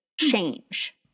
change